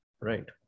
right